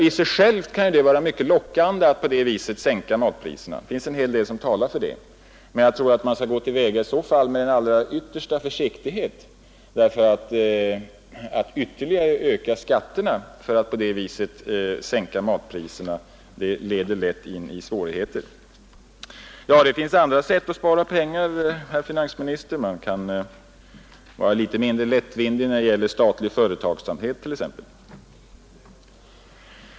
I och för sig kan det vara mycket lockande att på det viset sänka matpriserna — det finns en hel del som talar för det — men jag tror att man i så fall bör gå till väga med den allra yttersta försiktighet, eftersom en ytterligare höjning av skatterna för att kunna sänka matpriserna lätt leder in i svårigheter. Det finns andra sätt att spara pengar, herr finansminister. Man kan t.ex. vara lite mindre lättvindig när det gäller statlig företagsamhet.